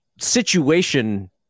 situation